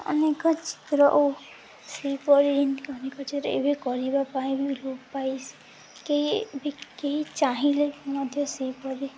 ଅନେକ ଚିତ୍ର ଓ ସେହିପରି ଏତି ଅନେକ ଚିତ୍ର ଏବେ କରିବା ପାଇଁ ବି ଲୋପ ପାଇ କେହି କେହି ଚାହିଁଲେ ମଧ୍ୟ ସେହିପରି